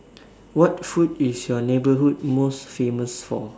what food is your neighbourhood most famous for